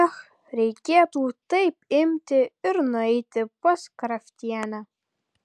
ech reikėtų taip imti ir nueiti pas kraftienę